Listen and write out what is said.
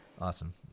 Awesome